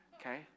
okay